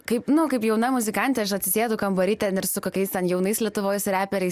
kaip nu kaip jauna muzikantė aš atsisėdu kambary ten ir su kokiais ten jaunais lietuvos reperiais